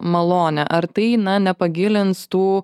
malonę ar tai na nepagilins tų